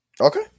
okay